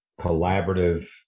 collaborative